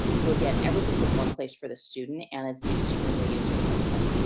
so again, everything's in one place for the student and it's extremely user friendly.